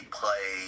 play